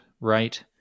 right